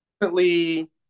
recently